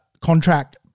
contract